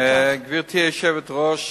גברתי היושבת-ראש,